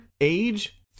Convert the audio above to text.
age